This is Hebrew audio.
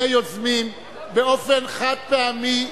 ובאופן חד-פעמי,